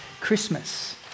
Christmas